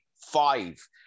five